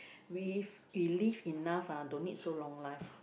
we we live enough ah don't need so long life